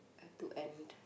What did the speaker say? have to end